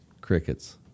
Crickets